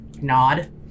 nod